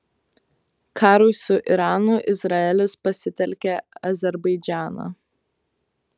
karui su iranu izraelis pasitelkia azerbaidžaną